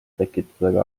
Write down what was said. tekitada